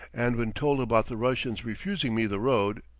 and when told about the russians refusing me the road,